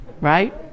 right